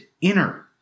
inner